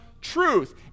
truth